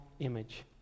image